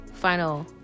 final